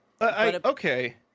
Okay